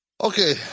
Okay